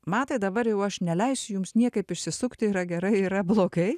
matai dabar jau aš neleisiu jums niekaip išsisukti yra gerai yra blogai